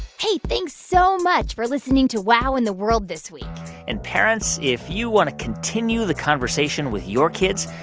hey, thanks so much for listening to wow in the world this week and, parents, if you want to continue the conversation with your kids,